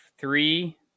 three